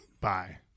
bye